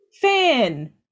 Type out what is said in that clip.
fan